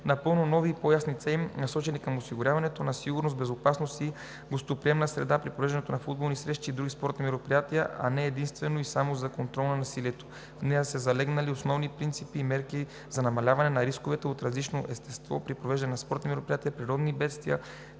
напълно нови и по-ясни цели, насочени към осигуряването на сигурна, безопасна и гостоприемна среда при провеждане на футболни срещи и други спортни мероприятия, а не единствено и само за контрол на насилието. В нея са залегнали основните принципи и мерки за намаляване на рисковете от различно естество при провеждане на спортни мероприятия – природни бедствия,